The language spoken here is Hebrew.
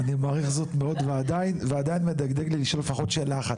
אני מעריך זאת מאוד ועדיין מדגדג לי לשאול לפחות שאלה אחת,